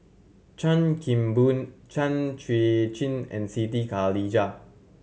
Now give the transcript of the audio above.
Chan Kim Boon Chan Chuan Jin and Siti Khalijah